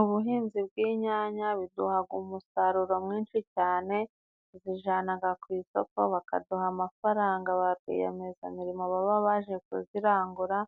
Ubuhinzi bw'inyanya biduha umusaruro mwinshi cyane, bazijyana ku isoko bakaduha amafaranga ba Rwiyemezamirimo baba baje kuzirangura,